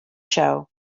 show